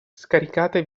scaricate